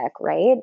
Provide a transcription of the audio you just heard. right